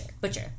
Butcher